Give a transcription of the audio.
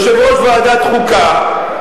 יושב-ראש ועדת חוקה,